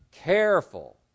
careful